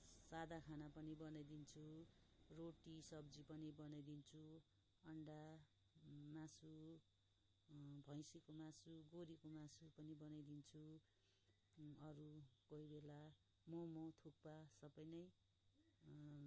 सादा खाना पनि बनाइदिन्छु अनि रोटी सब्जी पनि बनाइदिन्छु अन्डा मासु भैँसीको मासु गोरूके मासु पनि बनाइदिन्छु अरू कोही बेला मोमो थुक्पा सबै नै